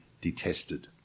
detested